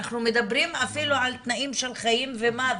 אנחנו מדברים אפילו על תנאים של חיים ומוות,